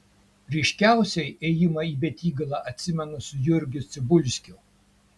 ryškiausiai ėjimą į betygalą atsimenu su jurgiu cibulskiu